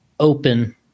Open